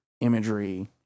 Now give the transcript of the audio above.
imagery